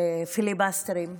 בפיליבסטרים,